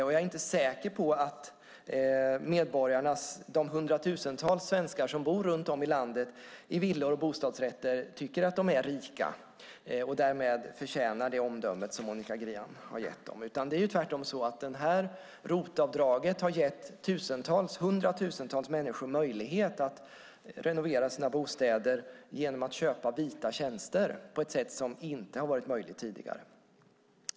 Men jag är inte säker på att de hundratusentals svenskar som bor runt om i landet i villor och bostadsrätter tycker att de är rika och därmed förtjänar det omdöme som Monica Green har gett dem. Tvärtom har ROT-avdraget gett hundratusentals människor möjlighet att renovera sina bostäder genom att köpa vita tjänster på ett sätt som inte har varit möjligt tidigare.